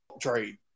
trade